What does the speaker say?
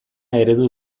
eredu